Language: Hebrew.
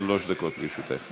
שלוש דקות לרשותך.